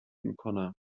میکنم